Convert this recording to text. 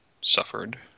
suffered